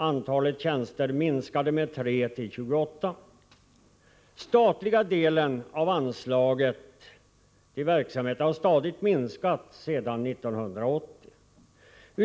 Antalet tjänster minskade med 3 - till 28 tjänster. Den statliga delen av anslaget har stadigt minskat sedan 1980.